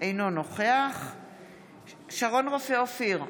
אינו נוכח שרון רופא אופיר,